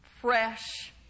fresh